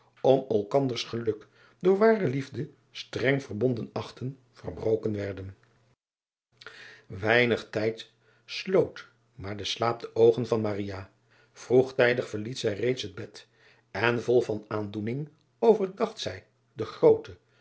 om elkanders geluk door ware liefde streng verbonden achtten verbroken werden einig tijd sloot maar de slaap de oogen van roegtijdig verliet zij reeds het bed en vol van aandoening overdacht zij den grooten